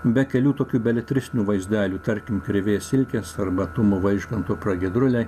be kelių tokių beletristinių vaizdelių tarkim krivės silkės arba tumo vaižganto pragiedruliai